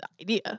idea